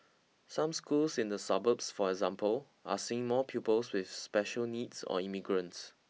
some schools in the suburbs for example are seeing more pupils with special needs or immigrants